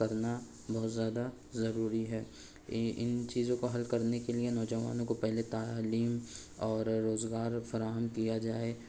کرنا بہت زیادہ ضروری ہے ان چیزوں کو حل کرنے کے لیے نوجوانوں کو پہلے تعلیم اور روزگار فراہم کیا جائے